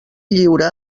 lliure